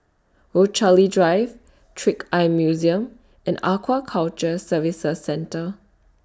Rochalie Drive Trick Eye Museum and Aquaculture Services Centre